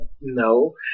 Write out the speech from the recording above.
no